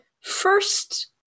First